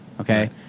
okay